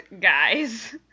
guys